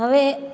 હવે એક